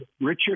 Richard